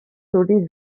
zuri